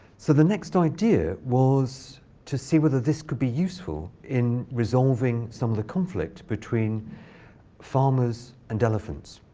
so the next idea was to see whether this could be useful in resolving some of the conflict between farmers and elephants.